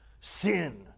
sin